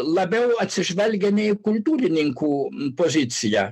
labiau atsižvelgia ne į kultūrininkų poziciją